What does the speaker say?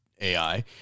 AI